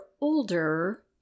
older